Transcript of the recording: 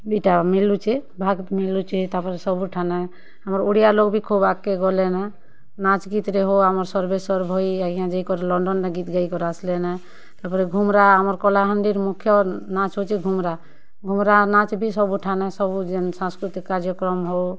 ଇଟା ମିଲୁଛି ଭାଗ୍ ମିଲୁଛି ତାପରେ ସବୁଠାନେ ଆମର୍ ଓଡ଼ିଆ ଲୋକ୍ ବି ଖୁବ୍ ଆଗ୍କେ ଗଲେନ ନାଚ୍ ଗୀତ୍ରେ ହଉ ଆମର୍ ସର୍ବେଶ୍ୱର ଭାଇ ଆଜ୍ଞା ଯେଇକରି ଲଣ୍ଡନରେ ଗୀତ୍ ଗାଇକରି ଆସିଲେନ ତାପରେ ଘୁମ୍ରା ଆମର୍ କଳାହାଣ୍ଡିର୍ ମୁଖ୍ୟ ନାଚ୍ ହେଉଚି ଘୁମରା ଘୁମରା ନାଚ୍ ବି ସବୁଠାନେ ସବୁ ଯିନ୍ ସାଂସ୍କୃତିକ କାର୍ଯ୍ୟକ୍ରମ ହଉ